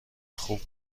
خوب